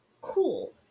cool